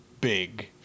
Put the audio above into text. big